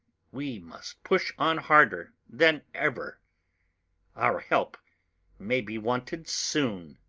we must push on harder than ever our help may be wanted soon.